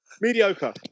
Mediocre